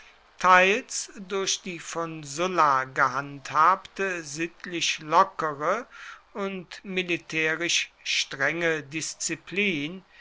teils durch die von sulla gehandhabte sittlich lockere und militärisch strenge disziplin